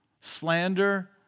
slander